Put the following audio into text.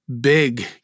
big